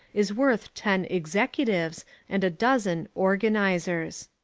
is worth ten executives and a dozen organisers.